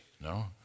No